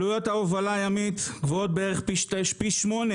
עלויות ההובלה הימית גבוהות בערך פי שמונה